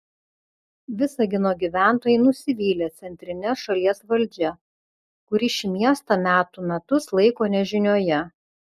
visagino gyventojai nusivylę centrine šalies valdžia kuri šį miestą metų metus laiko nežinioje